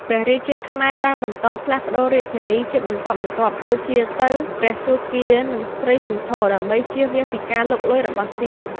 ព្រះរាជាខ្មែរបានបន្តផ្លាស់ប្តូររាជធានីជាបន្តបន្ទាប់ ដូចជាទៅព្រះសួគ៌ានិងស្រីសន្ធរ ដើម្បីជៀសវាងពីការវាយលុករបស់សៀម។